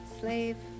slave